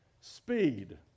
speed